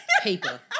paper